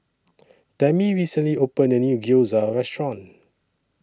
Tami recently opened A New Gyoza Restaurant